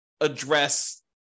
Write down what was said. address